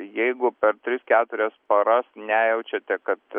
jeigu per tris keturias paras nejaučiate kad